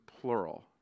plural